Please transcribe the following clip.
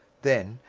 then,